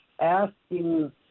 asking